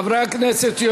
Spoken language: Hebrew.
חברי הכנסת,